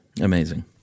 amazing